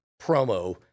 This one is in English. promo